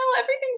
everything's